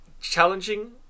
challenging